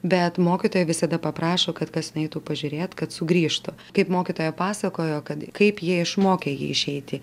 bet mokytoja visada paprašo kad kas nueitų pažiūrėt kad sugrįžtų kaip mokytoja pasakojo kad kaip jie išmokė jį išeiti